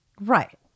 Right